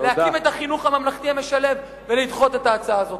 להקים את החינוך הממלכתי המשלב ולדחות את ההצעה הזאת.